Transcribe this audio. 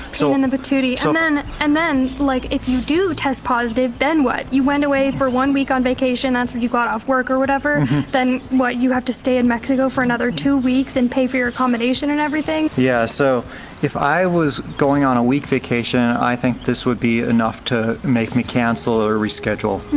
so in the patootie. so and then like if you do test positive, then what? you went away for one week on vacation, that's what you got off work or whatever then what? you have to stay in mexico for another two weeks and pay for your accommodation and everything. yeah so if i was going on a week vacation, i think this would be enough to make me cancel or reschedule.